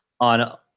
on